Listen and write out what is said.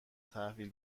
تحویل